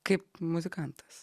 kaip muzikantas